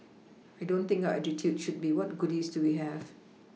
I don't think our attitude should be what goodies do we have